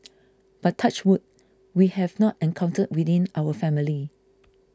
but touch wood we have not encountered within our family